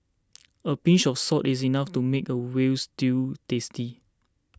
a pinch of salt is enough to make a Veal Stew tasty